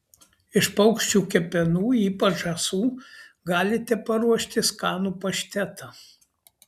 iš paukščių kepenų ypač žąsų galite paruošti skanų paštetą